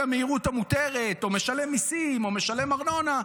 המהירות המותרת או משלם מיסים או משלם ארנונה,